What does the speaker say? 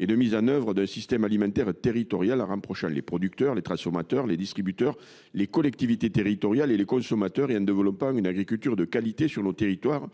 et d’élaborer un système alimentaire territorial, en rapprochant les producteurs, les transformateurs, les distributeurs, les collectivités territoriales et les consommateurs, mais aussi en développant une agriculture de qualité sur les territoires.